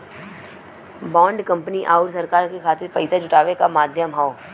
bond company आउर सरकार के खातिर पइसा जुटावे क माध्यम हौ